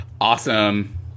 Awesome